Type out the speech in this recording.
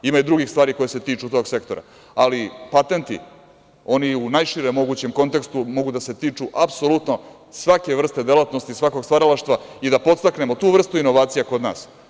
Ima i drugih stvari koje se tiču tog sektora, ali patenti, oni u najširem mogućem kontekstu mogu da se tiču apsolutno svake vrste delatnosti, svakog stvaralaštva i da podstaknemo tu vrstu inovacija kod nas.